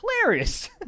Hilarious